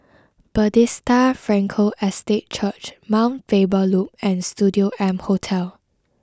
Bethesda Frankel Estate Church Mount Faber Loop and Studio M Hotel